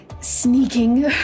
sneaking